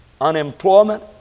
unemployment